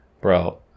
bro